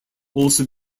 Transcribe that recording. also